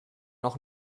noch